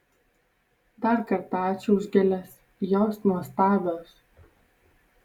dar kartą ačiū už gėles jos nuostabios